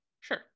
Sure